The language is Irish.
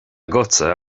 agatsa